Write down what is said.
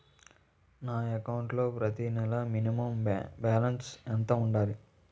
నా అకౌంట్ లో ప్రతి నెల మినిమం బాలన్స్ ఎంత ఉండాలి?